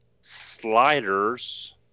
Sliders